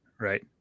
Right